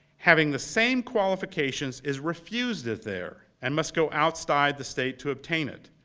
having the same qualifications, is refused it there and must go outside the state to obtain it.